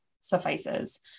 suffices